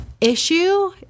issue